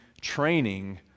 training